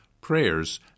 prayers